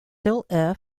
foster